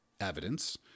evidence